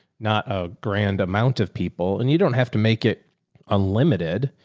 not a grand amount of people and you don't have to make it unlimited,